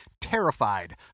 terrified